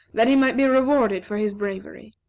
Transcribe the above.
that he might be rewarded for his bravery.